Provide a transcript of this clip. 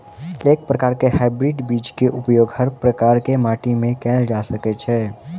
एके प्रकार केँ हाइब्रिड बीज केँ उपयोग हर प्रकार केँ माटि मे कैल जा सकय छै?